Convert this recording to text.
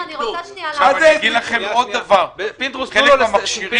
אם אני רוצה לקנות על חשבוני?